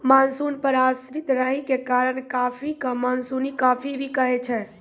monsoon पर आश्रित रहै के कारण कॉफी कॅ मानसूनी कॉफी भी कहै छै